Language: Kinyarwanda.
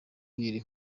iri